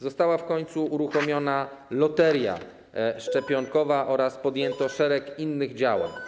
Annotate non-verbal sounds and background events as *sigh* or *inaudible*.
Została w końcu uruchomiona loteria szczepionkowa *noise* oraz podjęto szereg innych działań.